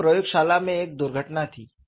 यह प्रयोगशाला में एक दुर्घटना थी